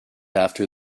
after